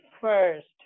first